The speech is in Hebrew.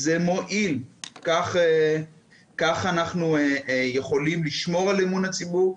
זה מועיל וכך אנחנו יכולים לשמור על אמון הציבור.